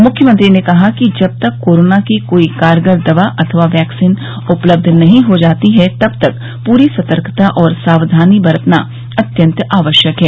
मुख्यमंत्री ने कहा कि जब तक कोरोना की कोई कारगर दवा अथवा वैक्सीन उपलब्ध नहीं हो जाती है तब तक पूरी सतर्कता और सावधानी बरतना अत्यंत आवश्यक है